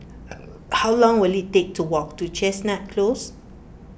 how long will it take to walk to Chestnut Close